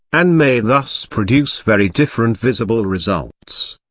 and may thus produce very different visible results.